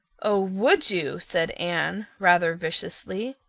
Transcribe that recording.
oh, would you? said anne, rather viciously.